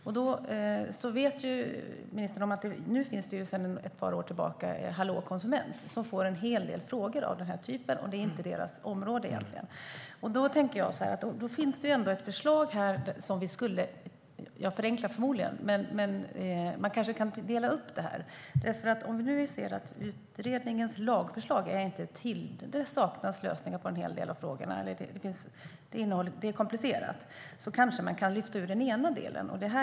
Ministern vet ju att Hallå konsument finns sedan ett par år tillbaka, och där får man en hel del frågor av den här typen. Det är egentligen inte tjänstens område. Då tänker jag att det ändå finns ett förslag och att man - även om det förmodligen är förenklat - kanske kan dela upp detta. Om vi nu ser att det i utredningens lagförslag saknas lösningar på en hel del av frågorna, eftersom det är komplicerat, kanske vi kan lyfta ur den ena delen.